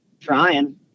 Trying